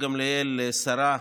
גמליאל לשרה,